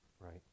Right